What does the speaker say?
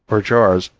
or jars,